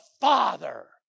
Father